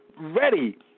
ready